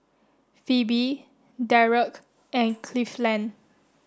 Phoebe Dereck and Cleveland